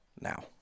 now